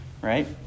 right